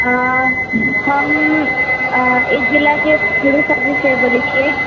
अऽ हम अऽ एक जिला के पुलिस ऑफिसर बोलै छियै